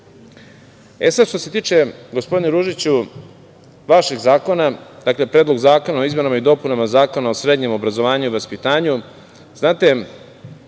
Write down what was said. sada što se tiče, gospodine Ružiću, vašeg zakona, dakle, predlog zakona o izmenama i dopunama Zakona o srednjem obrazovanju i vaspitanju, znate,